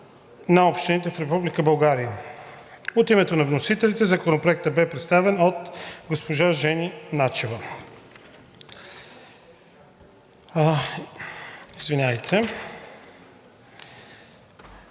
на общините в Република България. От името на вносителите Законопроектът бе представен от госпожа Жени Начева и